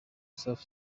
south